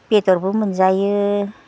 बेदरबो मोनजायो